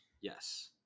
Yes